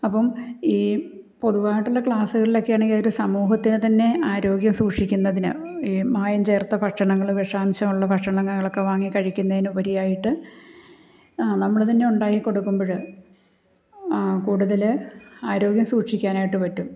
അപ്പം ഈ പൊതുവായിട്ടുള്ള ക്ലാസ്സുകളിലൊക്കെയാണെങ്കിൽ അതൊരു സമൂഹത്തിനു തന്നെ ആരോഗ്യം സൂക്ഷിക്കുന്നതിന് ഈ മായം ചേർത്ത ഭക്ഷണങ്ങൾ വിഷാംശം ഉള്ള ഭക്ഷണങ്ങളൊക്കെ വാങ്ങി കഴിക്കുന്നതിന് ഉപരി ആയിട്ട് നമ്മൾ തന്നെ ഉണ്ടാക്കിക്കൊടുക്കുമ്പോൾ കൂടുതൽ ആരോഗ്യം സൂക്ഷിക്കാനായിട്ട് പറ്റും